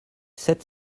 sept